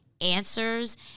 answers